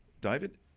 David